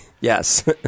yes